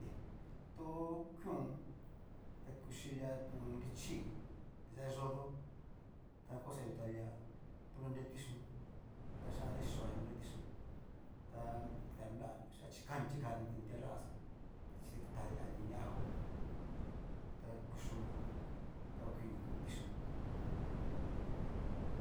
Hí to kion ta kuchion lia nrichi, tiyá yodo ta na ko xatuta lia, to nrure tiyo'on ta chianjan ta kixó ña nrure tiyo'on ta dita nrani chikani chikani ini tiayá xon chi tadi lia dini ajo ta kuchón ta okuin na kuu tichón.